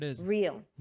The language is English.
real